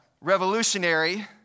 revolutionary